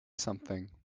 something